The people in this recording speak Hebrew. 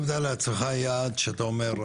שמת לעצמך יעד שאתה אומר,